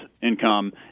income